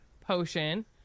potion